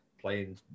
playing